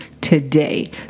today